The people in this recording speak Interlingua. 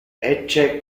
ecce